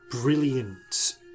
brilliant